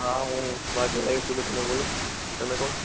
હા હું વાઘેલા યુગ બોલું તમે બોલો તમે કોણ